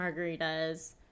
margaritas